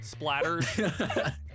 splatters